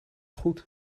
goed